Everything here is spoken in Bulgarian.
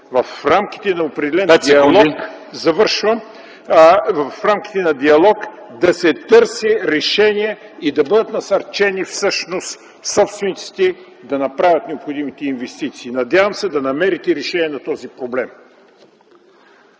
в рамките на определен диалог да се търси решение и да бъдат насърчени всъщност собствениците да направят необходимите инвестиции. Надявам се да намерите решение на този проблем!